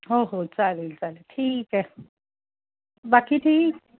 हो हो चालेल चालेल ठीक आहे बाकी ठीक